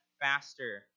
faster